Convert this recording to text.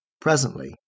Presently